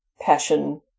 passion